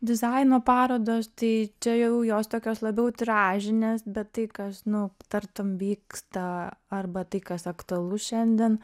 dizaino parodos tai čia jau jos tokios labiau tiražinės bet tai kas nu tartum vyksta arba tai kas aktualu šiandien